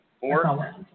Four